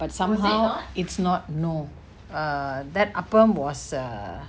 but somehow it's not no err that appam was err